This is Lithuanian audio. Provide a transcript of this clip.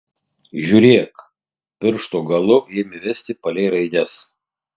žiūrėk piršto galu ėmė vesti palei raides